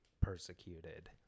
persecuted